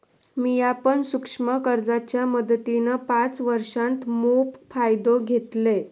मिया पण सूक्ष्म कर्जाच्या मदतीन पाच वर्षांत मोप फायदो घेतलंय